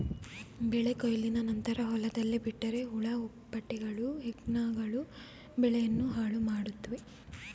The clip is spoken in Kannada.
ಬೆಳೆ ಕೊಯ್ಲಿನ ನಂತರ ಹೊಲದಲ್ಲೇ ಬಿಟ್ಟರೆ ಹುಳ ಹುಪ್ಪಟೆಗಳು, ಹೆಗ್ಗಣಗಳು ಬೆಳೆಯನ್ನು ಹಾಳುಮಾಡುತ್ವೆ